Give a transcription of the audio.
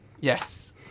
Yes